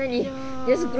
ya